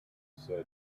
said